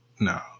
no